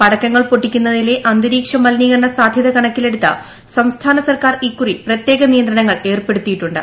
പടക്കങ്ങൾ പൊട്ടിക്കുന്നതിലെ അന്തരീക്ഷ മലിനീകരണ സാധ്യത കണക്കിലെടുത്ത് സംസ്ഥാന സർക്കാർ ഇക്കുറി പ്രത്യേക നിയന്ത്രണങ്ങൾ ഏർപ്പെടുത്തിയിട്ടുണ്ട്